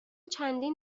چندین